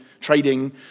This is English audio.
trading